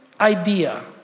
idea